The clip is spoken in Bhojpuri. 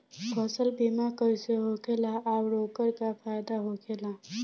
फसल बीमा कइसे होखेला आऊर ओकर का फाइदा होखेला?